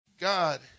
God